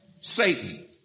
Satan